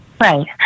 Right